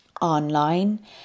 online